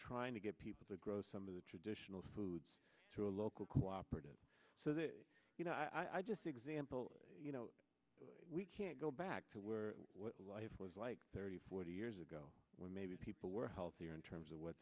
trying to get people to grow some of the traditional foods through a local cooperative so that you know i just example you know we can't go back to what life was like thirty forty years ago when maybe people were healthier in terms of what